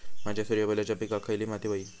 माझ्या सूर्यफुलाच्या पिकाक खयली माती व्हयी?